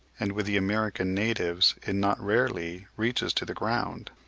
and with the american natives it not rarely reaches to the ground.